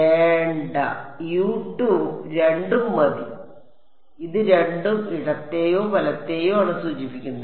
വേണ്ട രണ്ടും മതി ഇത് രണ്ടും ഇടത്തേയോ വലത്തേയോ ആണ് സൂചിപ്പിക്കുന്നത്